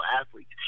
athletes